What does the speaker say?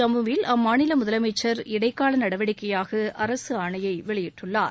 ஜம்முவில் அம்மாநில முதலமைச்சர் இடைக்கால நடவடிக்கைபாக அரசு ஆணையை வெளியிட்டுள்ளார்